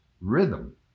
rhythm